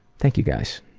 thank you guys,